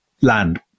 land